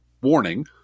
warning